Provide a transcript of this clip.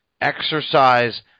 exercise –